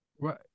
Right